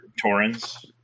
Torrens